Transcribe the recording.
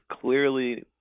clearly